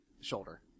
shoulder